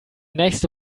nächste